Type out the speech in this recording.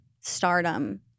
stardom